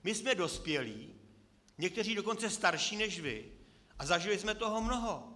My jsme dospělí, někteří dokonce starší než vy, a zažili jsme toho mnoho.